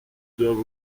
doivent